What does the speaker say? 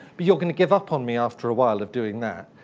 but you're going to give up on me after a while of doing that.